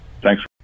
Thanks